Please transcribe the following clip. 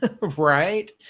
right